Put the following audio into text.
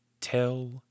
Tell